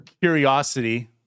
curiosity